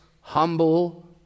humble